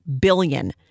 billion